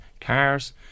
cars